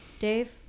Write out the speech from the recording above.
Dave